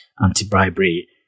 anti-bribery